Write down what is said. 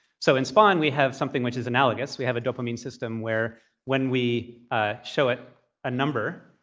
so in spaun, we have something which is analogous. we have a dopamine system where when we show it a number,